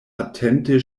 atente